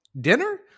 Dinner